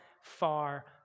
far